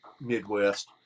Midwest